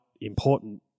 important